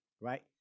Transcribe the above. right